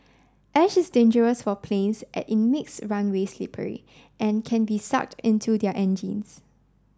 ash is dangerous for planes as it makes runways slippery and can be sucked into their engines